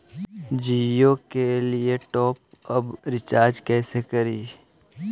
जियो के लिए top up recharge कैसे करी?